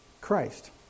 Christ